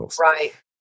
right